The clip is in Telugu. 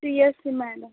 CSE madam